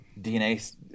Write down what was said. DNA –